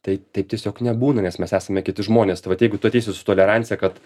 tai taip tiesiog nebūna nes mes esame kiti žmonės tai vat jeigu tu ateisi su tolerancija kad